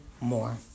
more